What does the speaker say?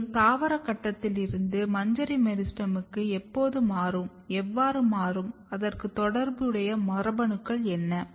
மேலும் தாவர கட்டத்தில் இருந்து மஞ்சரி மெரிஸ்டெமுக்கு எப்போது மாறும் எவ்வாறு மாறும் அதற்கு தொடர்புடைய மரபணுக்கள் என்ன